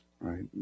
right